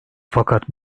fakat